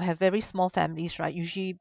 have very small families right usually